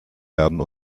werden